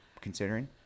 considering